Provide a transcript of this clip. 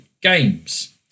Games